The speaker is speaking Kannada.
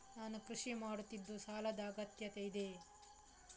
ನಾನು ಕೃಷಿ ಮಾಡುತ್ತಿದ್ದು ಸಾಲದ ಅಗತ್ಯತೆ ಇದೆ?